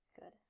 Good